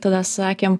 tada sakėm